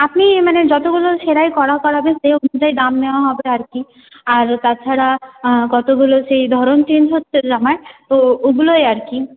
আপনি মানে যতগুলো সেলাই করা করাবেন সেই অনুযায়ী দাম নেওয়া হবে আর কি আর তাছাড়া কতগুলো সেই ধরন চেঞ্জ হচ্ছে জামায় তো ওগুলোই আর কি